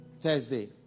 Thursday